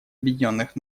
объединенных